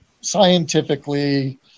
scientifically